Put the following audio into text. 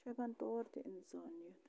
یہِ چھُ ہٮ۪کان تور تہِ اِنسان نِتھ